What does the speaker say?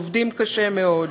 עובדים קשה מאוד.